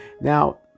now